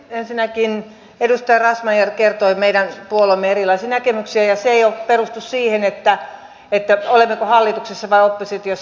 ensinnäkin edustaja razmyar kertoi meidän puolueemme erilaisista näkemyksistä ja ne eivät perustu siihen olemmeko hallituksessa vai oppositiossa